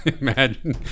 Imagine